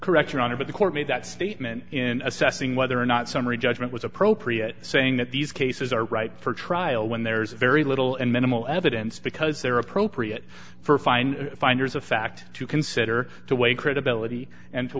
correct your honor but the court made that statement in assessing whether or not summary judgment was appropriate saying that these cases are right for trial when there's very little and minimal evidence because they're appropriate for fine finders of fact to consider the way credibility and to